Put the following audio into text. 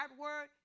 word